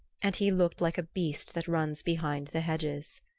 and he looked like a beast that runs behind the hedges.